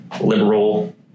liberal